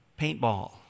paintball